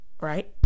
Right